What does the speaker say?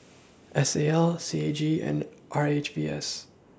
S A L C A G and R H V S